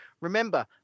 Remember